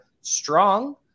strong